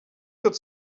could